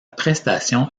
prestation